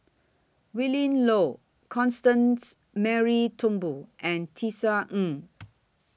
Willin Low Constance Mary Turnbull and Tisa Ng